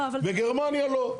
בגרמניה לא.